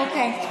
אוקיי.